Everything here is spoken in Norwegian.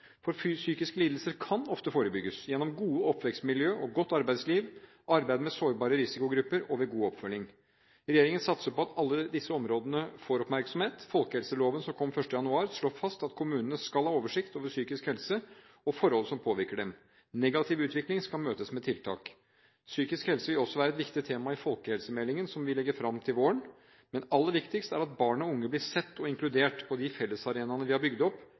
Psykiske lidelser kan ofte forebygges – gjennom gode oppvekstmiljøer og et godt arbeidsliv, gjennom arbeid med sårbare risikogrupper og ved god oppfølging. Regjeringen satser på at alle disse områdene får oppmerksomhet. Folkehelseloven, som kom 1. januar, slår fast at kommunene skal ha oversikt over psykisk helse og forhold som påvirker den. Negativ utvikling skal møtes med tiltak. Psykisk helse vil også være et viktig tema i folkehelsemeldingen, som vi legger fram til våren, men aller viktigst er at barn og unge blir sett og inkludert på de fellesarenaene vi har bygd opp,